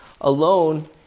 alone